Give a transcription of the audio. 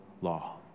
law